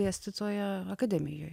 dėstytoja akademijoj